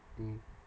mm